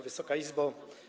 Wysoka Izbo!